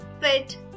fit